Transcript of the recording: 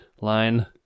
line